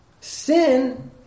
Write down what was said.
Sin